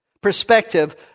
perspective